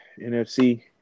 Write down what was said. NFC